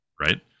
Right